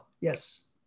yes